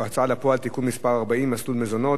(תיקון מס' 40) (מסלול מזונות),